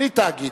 בלי תאגיד.